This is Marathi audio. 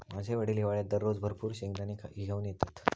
माझे वडील हिवाळ्यात दररोज भरपूर शेंगदाने घेऊन येतत